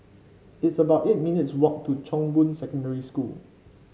it's about eight minutes' walk to Chong Boon Secondary School